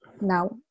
now